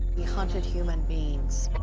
he hunted human beings.